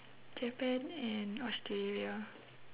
japan and australia